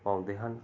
ਪਾਉਂਦੇ ਹਨ